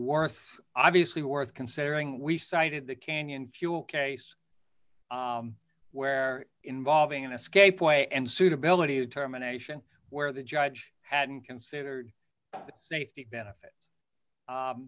worth obviously worth considering we cited the canyon fuel case where involving an escape way and suitability of terminations where the judge hadn't considered that safety benefit